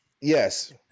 Yes